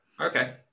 Okay